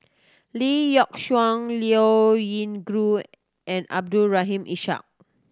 Lee Yock Suan Liao Yingru and Abdul Rahim Ishak